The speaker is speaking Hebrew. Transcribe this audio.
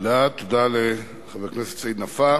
תודה לחבר הכנסת סעיד נפאע.